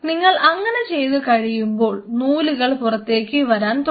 നിങ്ങൾ അങ്ങനെ ചെയ്തു കഴിയുമ്പോൾ നൂലുകൾ പുറത്തേക്ക് വരാൻ തുടങ്ങും